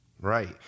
Right